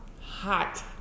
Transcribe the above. Hot